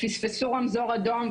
פספסו רמזור אדום,